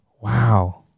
Wow